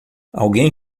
alguém